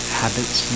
habits